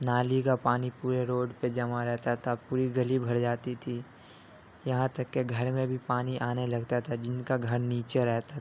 نالی کا پانی پورے روڈ پہ جمع رہتا تھا پوری گلی بھر جاتی تھی یہاں تک کہ گھر میں بھی پانی آنے لگتا تھا جن کا گھر نیچے رہتا تھا